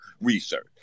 research